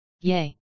yay